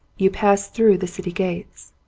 you pass through the city gates.